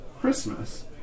Christmas